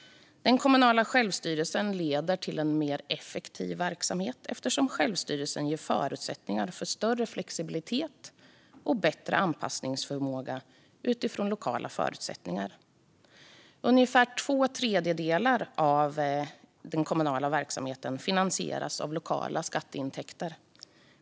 Den kommunala självstyrelsen leder till en mer effektiv verksamhet eftersom självstyrelsen ger förutsättningar för större flexibilitet och bättre anpassningsförmåga utifrån lokala förutsättningar. Ungefär två tredjedelar av den kommunala verksamheten finansieras av lokala skatteintäkter.